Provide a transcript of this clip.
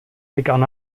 begann